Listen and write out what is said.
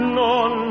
non